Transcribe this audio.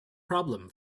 problem